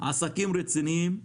עסקים רציניים.